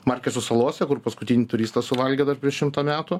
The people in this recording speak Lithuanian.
markeso salose kur paskutinį turistą suvalgė dar prieš šimtą metų